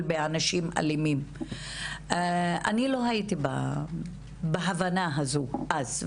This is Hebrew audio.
באנשים אלימים, אני לא הייתי בהבנה הזו אז.